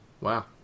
Wow